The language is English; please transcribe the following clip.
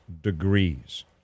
degrees